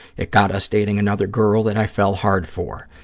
it got us dating another girl that i fell hard for.